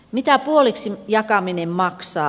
mitä puoliksi jakaminen maksaa